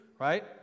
right